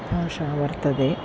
भाषा वर्तते